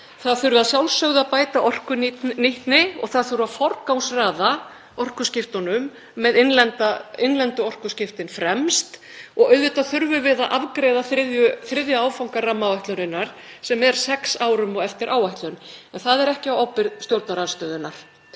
Að sjálfsögðu þurfi að bæta orkunýtni og forgangsraða orkuskiptunum með innlendu orkuskiptin fremst og auðvitað þurfum við að afgreiða þriðja áfanga rammaáætlunar sem er sex árum á eftir áætlun. En það er ekki á ábyrgð stjórnarandstöðunnar.